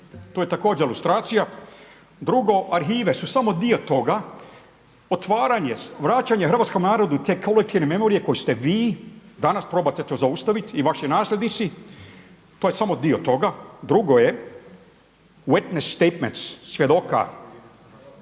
To je također lustracija. Drugo, arhive su samo dio toga. Otvaranje, vraćanje hrvatskom narodu te kolektivne memorije koju ste vi danas probate to zaustaviti i vaši nasljednici. To je samo dio toga. Drugo je …/Govornik govori